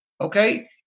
okay